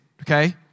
Okay